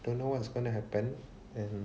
don't know what's gonna happen and